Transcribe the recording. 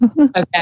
okay